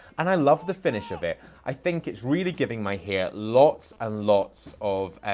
and i love the finish of it. i think it's really giving my hair lots and lots of,